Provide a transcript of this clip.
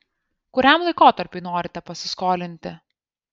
kuriam laikotarpiui norite pasiskolinti